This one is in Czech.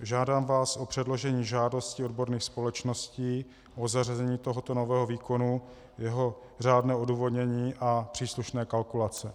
Žádám vás o předložení žádosti odborných společností o zařazení tohoto nového výkonu, jeho řádné odůvodnění a příslušné kalkulace.